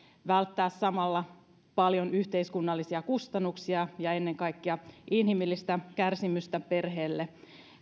välttää samalla paljon yhteiskunnallisia kustannuksia ja ennen kaikkea inhimillistä kärsimystä perheelle